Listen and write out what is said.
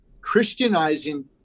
Christianizing